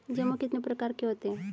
जमा कितने प्रकार के होते हैं?